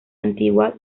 antigua